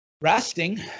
Resting